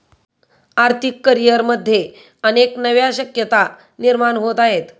आर्थिक करिअरमध्ये अनेक नव्या शक्यता निर्माण होत आहेत